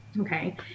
Okay